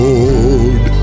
Lord